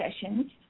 sessions